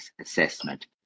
assessment